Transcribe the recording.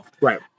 right